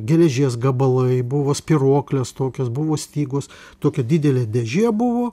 geležies gabalai buvo spyruoklės tokios buvo stygos tokia didelė dėžė buvo